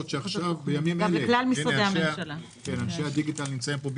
מזה שנים רבות אנחנו מציפים בוועדת הכספים ובוועדת